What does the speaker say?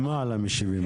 למעלה מ-70 אחוזים.